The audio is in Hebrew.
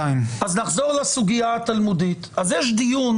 202. נחזור לסוגיה התלמודית: יש דיון